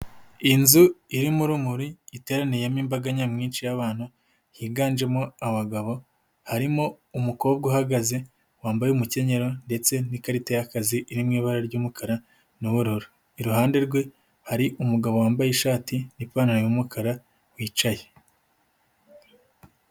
Inzu iririmo urumuri iteraniyemo imbaga nyamwinshi y'abantu higanjemo abagabo, harimo umukobwa uhagaze wambaye umukenyero ndetse n'ikarita y'akazi iri mu ibara ry'umukara n'ubururu, iruhande rwe hari umugabo wambaye ishati n'ipantaro y'umukara wicaye.